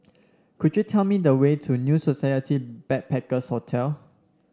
could you tell me the way to New Society Backpackers' Hotel